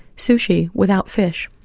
sushi without fish.